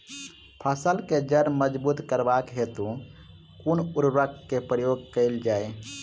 फसल केँ जड़ मजबूत करबाक हेतु कुन उर्वरक केँ प्रयोग कैल जाय?